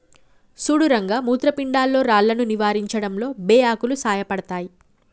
సుడు రంగ మూత్రపిండాల్లో రాళ్లను నివారించడంలో బే ఆకులు సాయపడతాయి